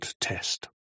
test